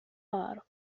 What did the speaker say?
برق